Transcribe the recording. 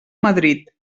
madrid